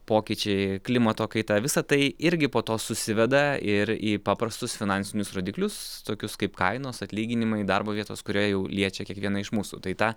pokyčiai klimato kaita visa tai irgi po to susiveda ir į paprastus finansinius rodiklius tokius kaip kainos atlyginimai darbo vietos kurie jau liečia kiekvieną iš mūsų tai tą